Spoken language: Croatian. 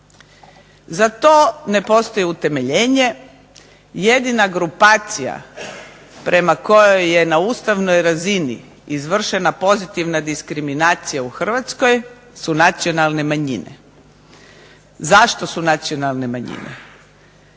Za to ne postoji utemeljenje. Jedina grupacija prema kojoj je na ustavnoj razini izvršena pozitivna diskriminacija u Hrvatskoj su nacionalne manjine. Zašto su nacionalne manjine?